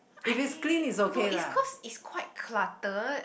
I hate no it's cause it's quite cluttered